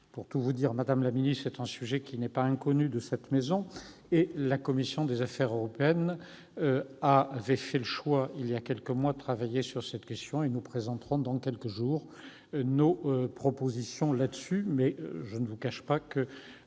Pour tout vous dire, madame la ministre, ce sujet n'est pas inconnu de cette maison : la commission des affaires européennes avait fait le choix, il y a quelques mois, de travailler sur cette question, et nous présenterons dans quelques jours nos propositions. Je ne vous cacherai